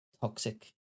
toxic